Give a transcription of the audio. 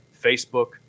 Facebook